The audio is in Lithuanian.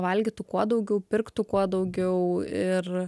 valgytų kuo daugiau pirktų kuo daugiau ir